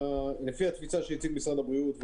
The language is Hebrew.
לפי התפיסה שהציג משרד הבריאות,